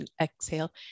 Exhale